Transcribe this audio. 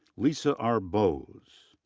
lisa r. bowes.